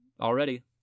already